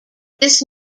this